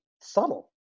subtle